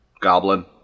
Goblin